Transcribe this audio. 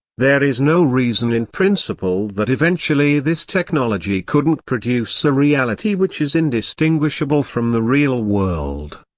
there is no reason in principle that eventually this technology couldn't produce a reality which is indistinguishable from the real world.